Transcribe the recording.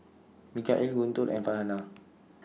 Mikhail Guntur and Farhanah